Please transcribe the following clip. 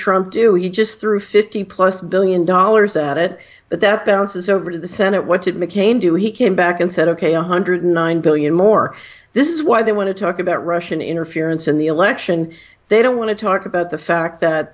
trump do he just threw fifty plus billion dollars at it but that bounces over to the senate what did mccain do he came back and said ok one hundred nine billion more this is why they want to talk about russian interference in the election they don't want to talk about the fact that